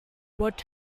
what